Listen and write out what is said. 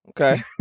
Okay